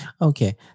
Okay